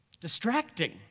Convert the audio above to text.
distracting